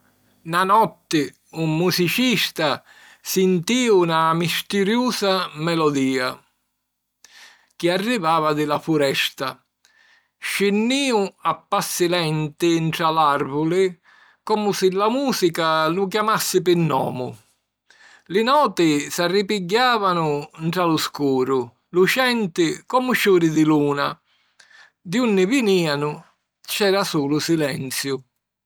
Na notti, un musicista sintìu na mistiriusa melodìa chi arrivava di la furesta. Scinnìu a passi lenti ntra l'àrvuli, comu si la mùsica lu chiamassi pi nomu. Li noti s’arripigghiàvanu ntra lu scuru, lucenti comu ciuri di luna. Di unni vinìanu, c’era sulu silenziu.